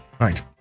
right